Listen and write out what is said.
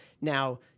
Now